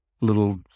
little